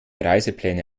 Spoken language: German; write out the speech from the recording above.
reisepläne